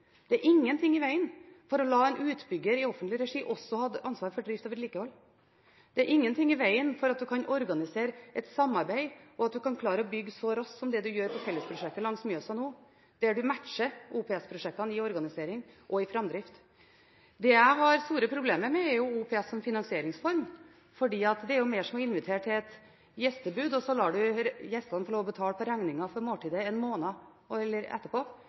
Det er ingenting i vegen for å la en utbygger i offentlig regi også ha ansvar for drift og vedlikehold. Det er ingenting i vegen for at man kan organisere et samarbeid og klare å bygge så raskt som det man nå gjør i fellesprosjektet langs Mjøsa, der man matcher OPS-prosjektene i organisering og i framdrift. Det jeg har store problemer med, er OPS som finansieringsform. Det er som å invitere til et gjestebud, og så lar man gjestene få lov til å betale regningen for måltidet en måned etterpå. I OPS-sammenheng skal man betale i 25 år etterpå